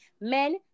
men